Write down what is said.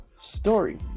story